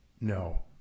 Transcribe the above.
No